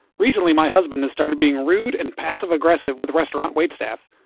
recently my husband has started being rude and passive aggressive with restaurant waitstaff.